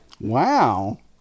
wow